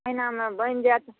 महिनामे बनि जाएत